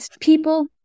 people